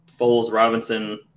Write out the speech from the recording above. Foles-Robinson